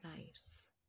nice